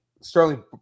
Sterling